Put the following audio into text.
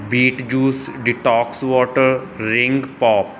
beet juice detox water ring pop